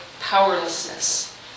powerlessness